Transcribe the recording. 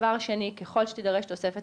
דבר שני, ככל שתידרש תוספת